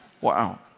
Wow